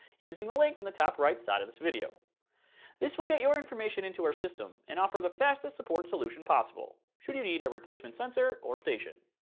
using the link on and the top right side of this video this will get your information into our system and offer the fastest support solution possible, should you need a replacement sensor or station.